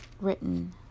written